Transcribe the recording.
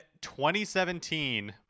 2017